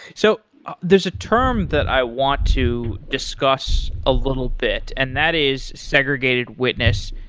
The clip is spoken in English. so there's a term that i want to discuss a little bit, and that is segregated witness.